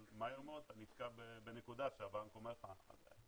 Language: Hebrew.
אבל מהר מאוד אתה נפגע בנקודה שהבנק אומר לך 'מצטערים,